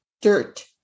dirt